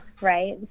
right